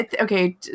Okay